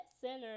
center